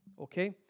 okay